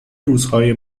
روزهای